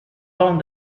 temps